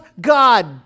God